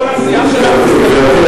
כל הסיעה שלך הסתלקה.